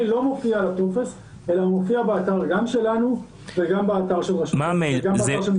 הוא לא מופיע על הטופס אלא באתר שלנו ובאתר של משרד החוץ.